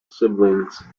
siblings